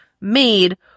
made